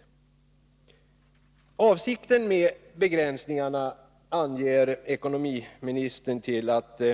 Ekonomiministern anger i sitt svar att begränsningen av amorteringstiderna skall